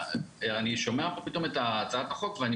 אני שומע פה פתאום את הצעת החוק ואני